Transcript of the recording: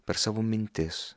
per savo mintis